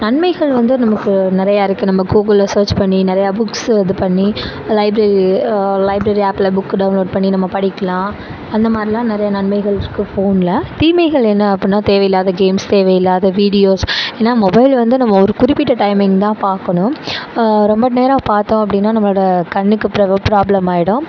நன்மைகள் வந்து நமக்கு நிறையா இருக்குது நம்ம கூகுளில் சர்ச் பண்ணி நிறையா புக்ஸு இது பண்ணி லைப்ரரி லைப்ரரி ஆப்பில் புக்கு டவுன்லோட் பண்ணி நம்ம படிக்கலாம் அந்தமாதிரில்லாம் நிறையா நன்மைகள் இருக்குது ஃபோனில் தீமைகள் என்ன அப்புடின்னா தேவையில்லாத கேம்ஸ் தேவையில்லாத வீடியோஸ் ஏனால் மொபைல் வந்து நம்ம ஒரு குறிப்பிட்ட டைமிங் தான் பார்க்கணும் ரொம்ப நேரம் பார்த்தோம் அப்படின்னா நம்மளோடய கண்ணுக்கு ப்ராப்ளம் ஆகிடும்